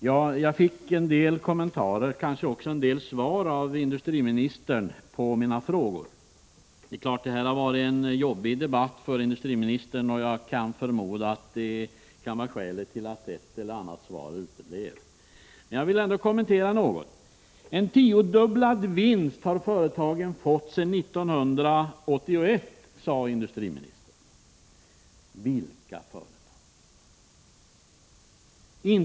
Herr talman! Jag fick en del kommentarer och kanske också några svar på mina frågor av industriministern. Det är klart att detta har varit en jobbig debatt för industriministern, och jag kan förmoda att det kan vara skälet till att ett och annat svar uteblev. Men jag vill ändå ge några kommentarer. En tiodubblad vinst har företagen fått sedan 1981, sade industriministern. Vilka företag?